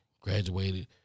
graduated